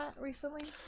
recently